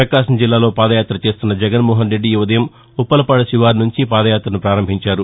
ప్రకాశం జిల్లాలో పాదయాత్ర చేస్తున్న జగన్మోహన్ రెడ్డి ఈ ఉదయం ఉప్పలపాడు శివారు నుంచి పాదయాత్రను ప్రారంభించారు